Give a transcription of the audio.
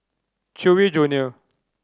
Chewy Junior